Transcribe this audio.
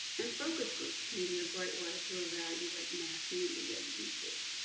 and focus groups can be a great way to evaluate mass media usage.